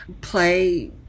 play